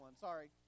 Sorry